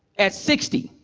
at sixty?